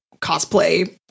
cosplay